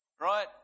right